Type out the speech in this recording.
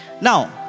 Now